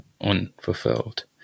unfulfilled